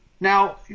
Now